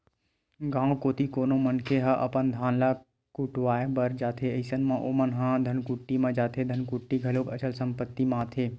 गाँव कोती कोनो मनखे ह अपन धान ल कुटावय बर जाथे अइसन म ओमन ह धनकुट्टीच म जाथे धनकुट्टी घलोक अचल संपत्ति म आथे